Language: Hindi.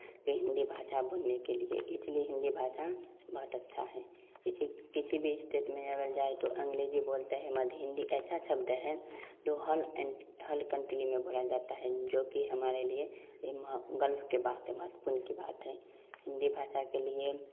कि हिंदी भाषा बोलने के लिए इसलिए हिंदी भाषा बहुत अच्छा है किसी किसी भी स्टेट में अगर जाए तो अंग्रेज़ी बोलते मध हिंदी ऐसा शब्द है जो हर एंट हर कंटली में बोला जाता है जो कि हमारे लिए इ म गर्व के बात है महत्वपूर्ण की बात है हिंदी भाषा के लिए